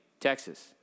Texas